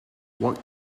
what